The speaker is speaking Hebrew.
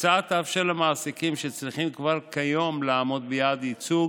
ההצעה תאפשר למעסיקים שצריכים כבר כיום לעמוד ביעד ייצוג,